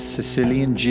Sicilian